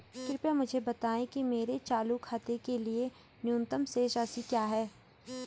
कृपया मुझे बताएं कि मेरे चालू खाते के लिए न्यूनतम शेष राशि क्या है?